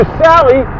sally